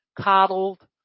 coddled